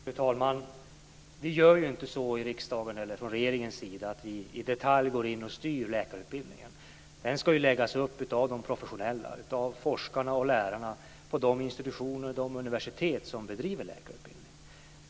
Fru talman! Vi gör inte så i riksdagen eller från regeringens sida att vi i detalj går in och styr läkarutbildningen. Den ska läggas upp av de professionella - av forskarna och lärarna - på de institutioner och de universitet som bedriver läkarutbildning.